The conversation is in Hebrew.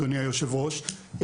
אדוני היושב-ראש,